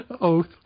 Oath